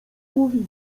mówi